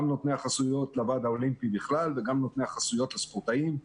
נותני החסויות לוועד האולימפי בכלל ונותני החסויות לספורטאים.